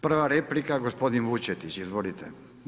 Prva replika, gospodin Vučetić, izvolite.